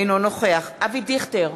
אינו נוכח אבי דיכטר,